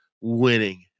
winning